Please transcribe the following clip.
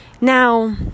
Now